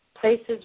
places